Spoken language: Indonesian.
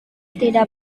tidak